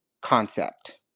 concept